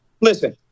listen